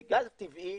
בגז טבעי